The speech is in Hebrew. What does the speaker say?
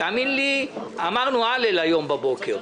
תאמין לי, אמרנו הלל היום בבוקר.